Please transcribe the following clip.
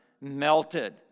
melted